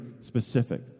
specific